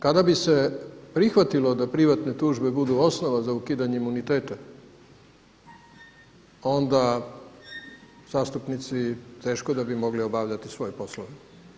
Kada bi se prihvatilo da privatne tužbe budu osnova za ukidanje imuniteta onda zastupnici teško da bi mogli obavljati svoje poslove.